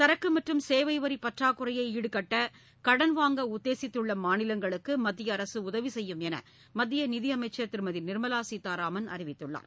சரக்கு மற்றும் சேவை வரி பற்றாக்குறையை ஈடுகட்ட கடன் வாங்க உத்தேசித்துள்ள மாநிலங்களுக்கு மத்திய அரசு உதவி செய்யும் என்று மத்திய நிதியமைச்சர் திருமதி நிர்மலா சீதாராமன் அறிவித்துள்ளார்